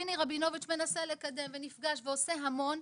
פיני רבינוביץ' מנסה לקדם ונפגש ועושה המון,